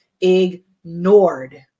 ignored